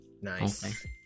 Nice